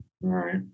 right